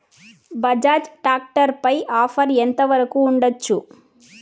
Bajaj tractor పై offer ఎంత వరకు ఉండచ్చు?